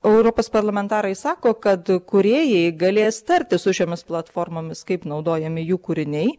europos parlamentarai sako kad kūrėjai galės tartis su šiomis platformomis kaip naudojami jų kūriniai